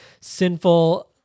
sinful